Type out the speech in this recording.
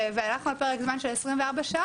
והלכנו על פרק זמן של 24 שעות.